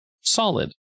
solid